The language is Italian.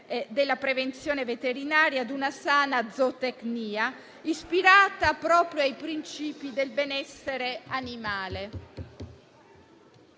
della prevenzione veterinaria e a una sana zootecnia, ispirata proprio ai principi del benessere animale.